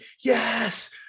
yes